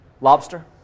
Lobster